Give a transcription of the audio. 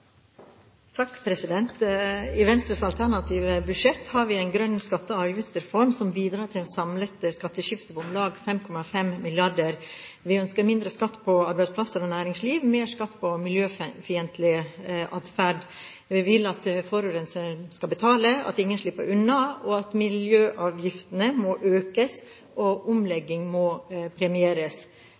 I Venstres alternative budsjett har vi en grønn skatte- og avgiftsreform som bidrar til et samlet skatteskifte på om lag 5,5 mrd. kr. Vi ønsker mindre skatt på arbeidsplasser og næringsliv og mer skatt på miljøfiendtlig adferd. Vi vil at forurenseren skal betale, at ingen skal slippe unna, og at miljøavgiftene må økes og omlegging må premieres.